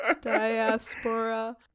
Diaspora